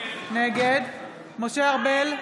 נגד משה ארבל,